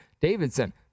Davidson